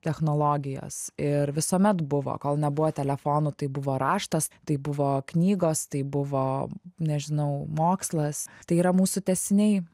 technologijos ir visuomet buvo kol nebuvo telefonų tai buvo raštas tai buvo knygos tai buvo nežinau mokslas tai yra mūsų tęsiniai